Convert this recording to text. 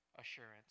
assurance